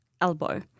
elbow